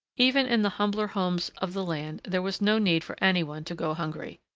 even in the humbler homes of the land there was no need for any one to go hungry.